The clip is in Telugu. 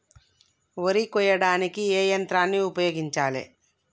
వరి కొయ్యడానికి ఏ యంత్రాన్ని ఉపయోగించాలే?